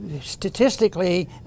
statistically